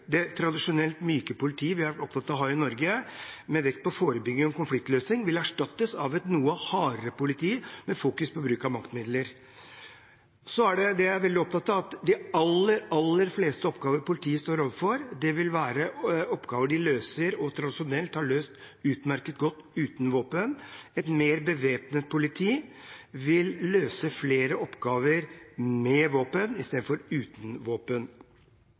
Det tradisjonelt myke politiet vi er opptatt av å ha i Norge, med vekt på forebygging og konfliktløsing, vil erstattes av et noe hardere politi, med fokusering på bruk av maktmidler. Så er jeg veldig opptatt av at de aller fleste oppgaver politiet vil stå overfor, vil være oppgaver de løser – og tradisjonelt har løst – utmerket uten våpen. Et mer bevæpnet politi vil løse flere oppgaver med våpen enn uten våpen.